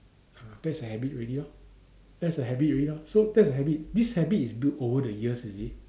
ah that's a habit already lor that's a habit already lor so that's a habit this habit is built over the years you see